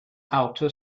outer